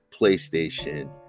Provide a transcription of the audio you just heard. playstation